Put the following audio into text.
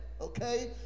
okay